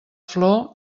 flor